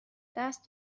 دست